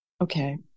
okay